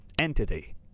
entity